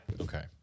okay